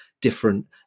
different